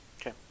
Okay